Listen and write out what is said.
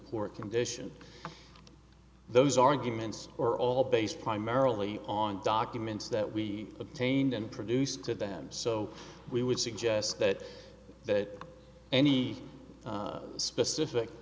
poor condition those arguments are all based primarily on documents that we obtained and produced to them so we would suggest that that any specific